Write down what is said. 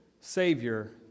Savior